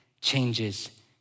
changes